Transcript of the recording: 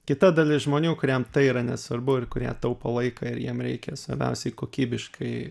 kita dalis žmonių kuriem tai yra nesvarbu ir kurie taupo laiką ir jiem reikia svarbiausiai kokybiškai